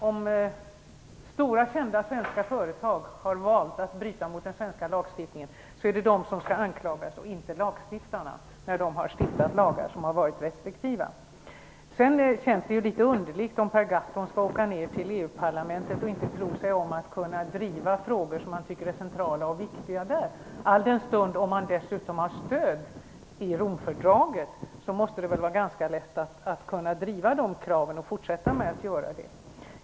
Om stora, kända svenska företag har valt att bryta mot den svenska lagstiftningen, är det de som skall anklagas och inte lagstiftarna som har stiftat restriktiva lagar. Det är litet underligt att Per Gahrton skall åka ner till EU-parlamentet utan att tro sig om att där kunna driva frågor som han tycker är centrala och viktiga. I all den stund han dessutom har stöd i Romfördraget, måste det väl vara ganska lätt att fortsätta att driva dessa krav.